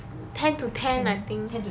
ten to ten I think